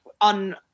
on